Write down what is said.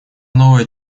новая